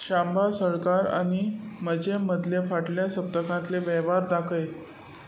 शांबा सळकार आनी म्हजे मदले फाटल्या सप्तकांतले वेव्हार दाखय